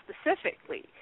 specifically